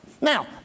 Now